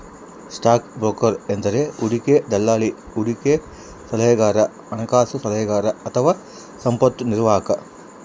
stock broker ಎಂದರೆ ಹೂಡಿಕೆ ದಲ್ಲಾಳಿ, ಹೂಡಿಕೆ ಸಲಹೆಗಾರ, ಹಣಕಾಸು ಸಲಹೆಗಾರ ಅಥವಾ ಸಂಪತ್ತು ನಿರ್ವಾಹಕ